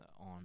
on